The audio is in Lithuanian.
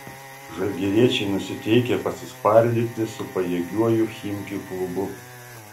žalgiriečiai nusiteikę pasispardyti su pajėgiuoju chimki klubu